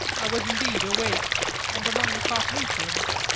i was indeed awake and among the carpathians.